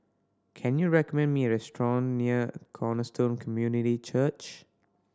can you recommend me a restaurant near Cornerstone Community Church